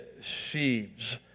sheaves